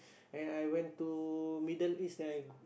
then I went to Middle-East then I g~